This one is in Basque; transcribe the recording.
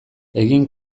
egin